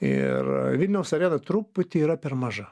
ir vilniaus arena truputį yra per maža